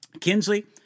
Kinsley